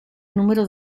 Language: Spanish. número